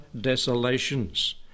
desolations